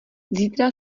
zítra